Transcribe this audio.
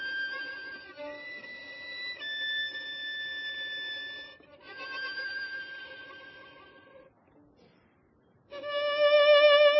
ja